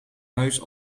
huis